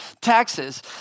taxes